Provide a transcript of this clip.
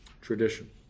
Tradition